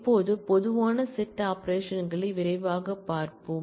இப்போது பொதுவான செட் ஆபரேஷன்களை விரைவாகப் பார்ப்போம்